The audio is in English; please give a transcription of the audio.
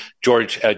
George